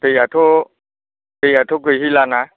दैआथ' दैआथ' गैहैलाना